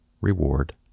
reward